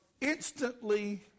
instantly